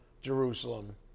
Jerusalem